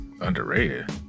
underrated